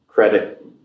Credit